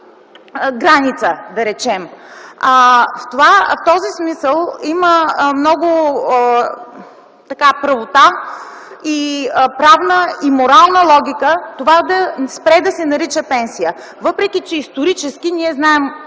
граница. В този смисъл има много правота и правна, и морална логика това да спре да се нарича пенсия, въпреки че исторически ние знаем